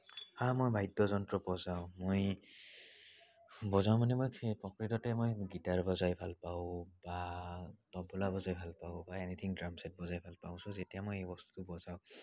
হয় মই বাদ্যযন্ত্ৰ বজাওঁ মই বজাওঁ মানে মই পকেটতে মই গীটাৰ বজাই ভাল পাওঁ বা তবলা বজাই ভাল পাওঁ বা এনিথিং ড্ৰাম ছেট বজাই ভাল পাওঁ ছ' যেতিয়া মই এই বস্তুটো বজাওঁ